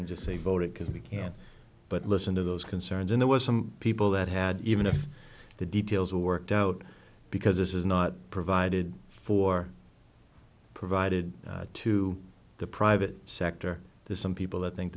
and just say vote it because we can't but listen to those concerns and there was some people that had even if the details are worked out because this is not provided for provided to the private sector there's some people that think